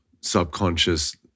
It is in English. subconscious